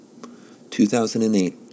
2008